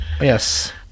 Yes